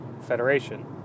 Federation